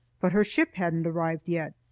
but her ship hadn't arrived yet.